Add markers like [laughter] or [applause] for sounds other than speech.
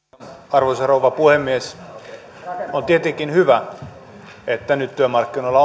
arvoisa rouva puhemies on tietenkin hyvä että nyt työmarkkinoilla [unintelligible]